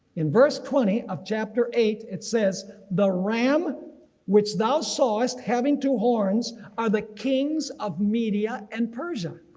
in verse twenty of chapter eight it says the ram which thou sawest having two horns are the kings of media and persia.